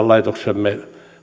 laitoksemme